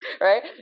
Right